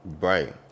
Right